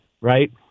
right